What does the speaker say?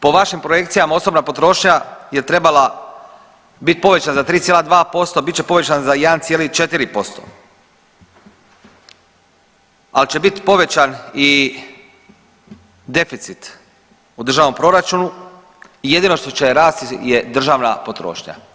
Po vašim projekcijama osobna potrošnja je trebala bit povećana za 3,2%, a bit će povećana za 1,4%, al će bit povećan i deficit u državnom proračunu i jedino što će rast je državna potrošnja.